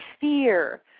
fear